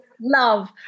Love